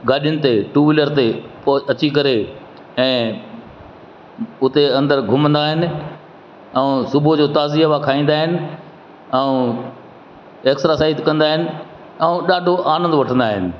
गाॾियुनि ते two wheeler ते पोइ अची करे ऐं उते अंदरि घुमंदा आहिनि ऐं सुबुह जो ताज़ी हवा खाईंदा आहिनि ऐं एक्सरासाइज कंदा आहिनि ऐं ॾाढो आनंदु वठंदा आहिनि